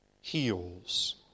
heals